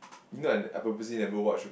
you know I n~ I purposely never watch